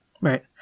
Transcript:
Right